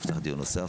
הישיבה ננעלה בשעה